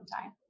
time